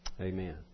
Amen